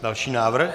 Další návrh?